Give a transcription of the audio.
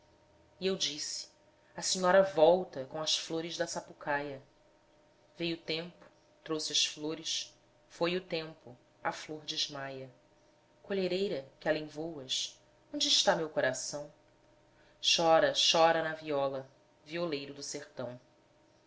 e eu disse a senhora volta com as flores da sapucaia veio o tempo trouxe as flores foi o tempo a flor desmaia colhereira que além voas onde está meu coração chora chora na viola violeiro do sertão